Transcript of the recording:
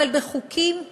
אבל בחוקים כאלה,